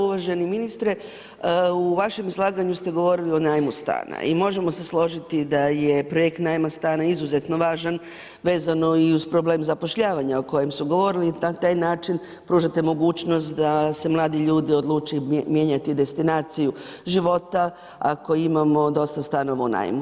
Uvaženi ministre, u vašem izlaganju ste govorili o najmu stana i možemo se složiti da je projekt najma stana izuzetno važan vezano i uz problem zapošljavanja o kojem su govorili i na taj način pružate mogućnost da se mladi ljudi odluče mijenjati destinaciju života, ako imamo dosta stanova u najmu.